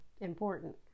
important